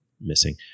missing